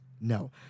No